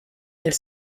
elle